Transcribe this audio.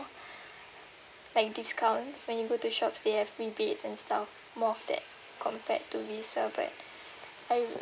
like discounts when you go to shops they have rebates and stuff more of that compared to Visa but I